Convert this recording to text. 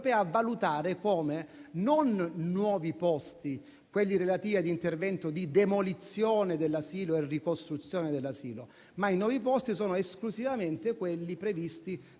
valutare come nuovi posti quelli relativi a interventi di demolizione e ricostruzione dell'asilo; i nuovi posti sono esclusivamente quelli previsti